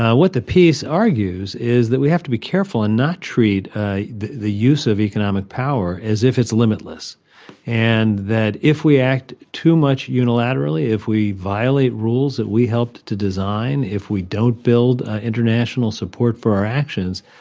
what the piece argues is that we have to be careful and not treat the the use of economic power as if it's limitless and that if we act too much unilaterally, if we violate rules that we helped to design, if we don't build ah international support for our actions,